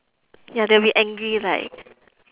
ya they'll be angry like